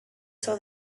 saw